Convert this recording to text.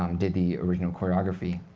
um did the original choreography.